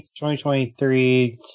2023